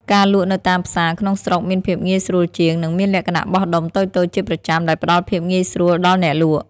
ការលក់នៅតាមផ្សារក្នុងស្រុកមានភាពងាយស្រួលជាង និងមានលក្ខណៈបោះដុំតូចៗជាប្រចាំដែលផ្តល់ភាពងាយស្រួលដល់អ្នកលក់។